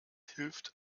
hilft